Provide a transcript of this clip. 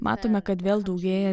matome kad vėl daugėja